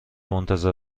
منتظر